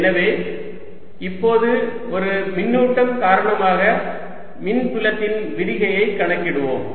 எனவே இப்போது ஒரு மின்னூட்டம் காரணமாக மின்புலத்தின் விரிகையை கணக்கிடுவோம்